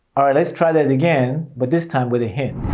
alright, let's try that again but this time with a hint.